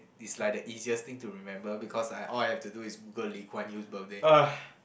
is like the easiest thing to remember because I all I have to do is Google Lee Kuan Yew's birthday